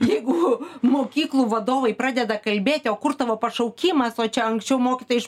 jeigu mokyklų vadovai pradeda kalbėti o kur tavo pašaukimas o čia anksčiau mokyta iš